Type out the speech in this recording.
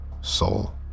soul